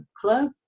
club